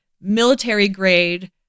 military-grade